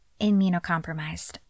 immunocompromised